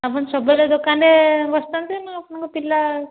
ଆପଣ ସବୁବେଳେ ଦୋକାନରେ ବସିଥାନ୍ତି ନା ଆପଣଙ୍କ ପିଲା